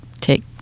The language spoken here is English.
take